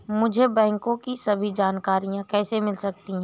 मुझे बैंकों की सभी जानकारियाँ कैसे मिल सकती हैं?